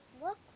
look